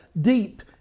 deep